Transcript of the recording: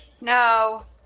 No